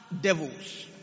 devils